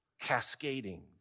cascading